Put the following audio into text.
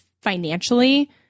financially